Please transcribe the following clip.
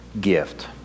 gift